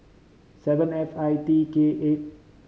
seven F I T K eight